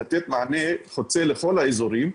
לתת מענה חוצה לכל האזורים.